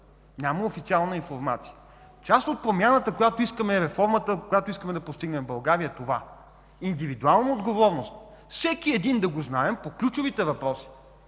няма официална информация. Част от промяната и реформата, която искаме да постигнем в България, е това – индивидуална отговорност. Да знаем за всеки един по ключовите въпроси